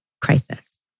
crisis